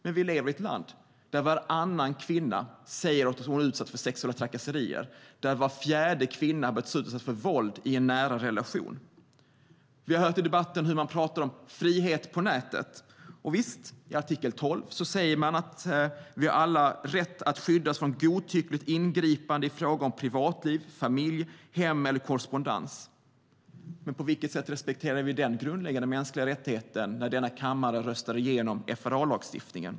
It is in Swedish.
Men vi lever i ett land där varannan kvinna säger att hon utsatts för sexuella trakasserier och där var fjärde kvinna har utsatts för våld i en nära relation. Vi har hört i debatten hur man pratar om frihet på nätet. Visst, i artikel 12 säger man att vi alla har rätt att skydda oss från godtyckligt ingripande i fråga om privatliv, familj, hem eller korrespondens. Men på vilket sätt respekterar vi den grundläggande mänskliga rättigheten när denna kammare röstar igenom FRA-lagstiftningen?